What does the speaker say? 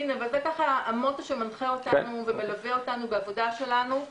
אבל זה המוטו שמנחה אותנו ומלווה אותנו בעבודה שלנו.